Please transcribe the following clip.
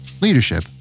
leadership